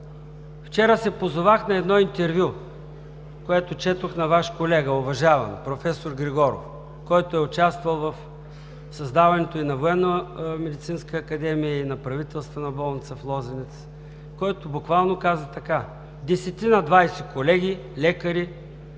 Вчера се позовах на едно интервю, което четох на Ваш уважаван колега – професор Григоров, който е участвал в създаването и на Военномедицинска академия, и на Правителствена болница „Лозенец“, който буквално каза така: „Десетина-двайсет колеги – лекари,